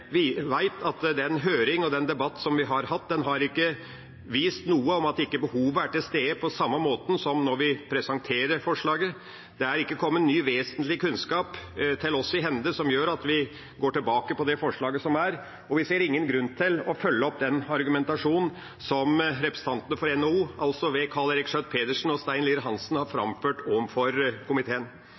har hatt, ikke har vist noe om at ikke behovet er til stede på samme måte som da vi presenterte forslaget. Det er ikke kommet ny vesentlig kunnskap oss i hende som gjør at vi går tilbake på det forslaget som er, og vi ser ingen grunn til å følge opp den argumentasjonen som representantene for NHO, altså Karl Eirik Schjøtt-Pedersen og Stein Lier-Hansen, har framført overfor komiteen.